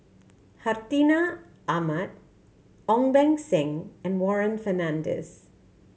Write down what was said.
Hartinah Ahmad Ong Beng Seng and Warren Fernandez